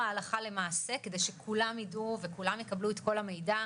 הלכה למעשה כדי שכולם יידעו ויקבלו את כל המידע.